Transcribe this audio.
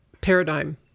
paradigm